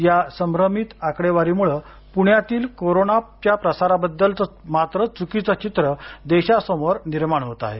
या संभ्रमित आकडेवारीमुळं पूण्यातील कोरोनाच्या प्रसाराबद्दल मात्र चुकीचं चित्र देशासमोर निर्माण होत आहे